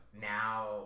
now